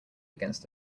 against